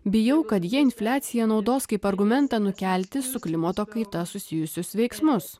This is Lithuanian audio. bijau kad jie infliaciją naudos kaip argumentą nukelti su klimato kaita susijusius veiksmus